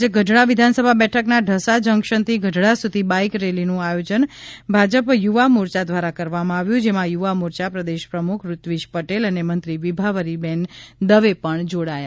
આજે ગઢડા વિધાનસભા બેઠકના ઢસા જંકશનથી ગઢડા સુધી બાઈક રેલીનું આયોજન ભાજપ યુવા મોરચા દ્વારા કરવામાં આવ્યું જેમાં યુવા મોરચા પ્રદેશ પ્રમુખ ઋત્વિજ પટેલ અને મંત્રી વિભાવરીબેન દવે પણ જોડાયા